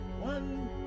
one